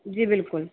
जी बिल्कुल